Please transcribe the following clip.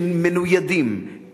שמנוידים,